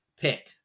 pick